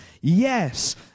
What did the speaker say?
Yes